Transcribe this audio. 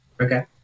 Okay